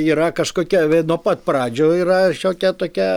yra kažkokia nuo pat pradžių yra šiokia tokia